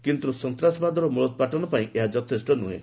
କିନ୍ତୁ ସନ୍ତାସବାଦର ମୂଳୋତ୍ପାଟନ ପାଇଁ ଏହା ଯଥେଷ୍ଟ ନୁହେଁ